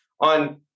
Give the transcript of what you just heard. on